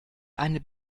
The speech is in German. eine